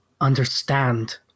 understand